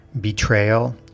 betrayal